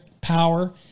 power